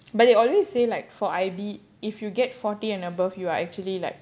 but they always say like for I_B if you get forty and above you are actually like